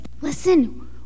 listen